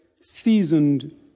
seasoned